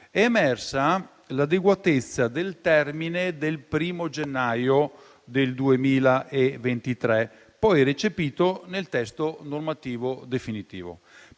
è emersa l'adeguatezza del termine del 1° gennaio 2023, recepito poi nel testo normativo definitivo.